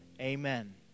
Amen